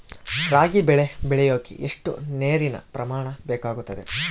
ರಾಗಿ ಬೆಳೆ ಬೆಳೆಯೋಕೆ ಎಷ್ಟು ನೇರಿನ ಪ್ರಮಾಣ ಬೇಕಾಗುತ್ತದೆ?